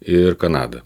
ir kanada